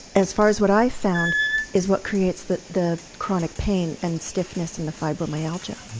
as far as what i've found is what creates the the chronic pain and stiffness in the fibromyalgia.